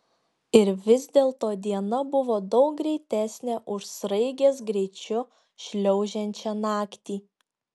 ir vis dėlto diena buvo daug greitesnė už sraigės greičiu šliaužiančią naktį